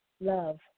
Love